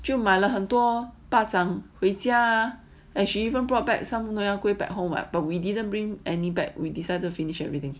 就买了很多 bak chang 回家 as she even brought back some nyonya kueh back home at but we didn't bring any back we decide to finish everything